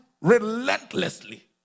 relentlessly